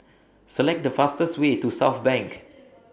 Select The fastest Way to Southbank